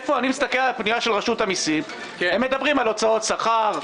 אני מסתכל על הפנייה של רשות המסים והם מדברים על הוצאות שכר,